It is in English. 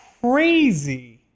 crazy